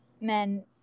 men